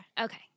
okay